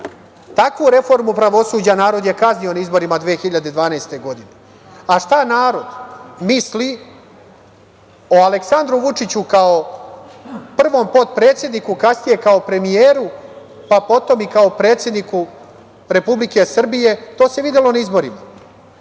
Takvu reformu pravosuđa narod je kaznio na izborima 2012. godine, a šta narod misli o Aleksandru Vučiću kao prvom potpredsedniku, kasnije kao premijeru, pa potom kao i predsedniku Republike Srbije, to se videlo na izborima. Narod